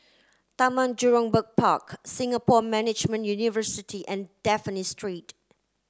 Taman Jurong Park Singapore Management University and Dafne Street